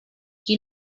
qui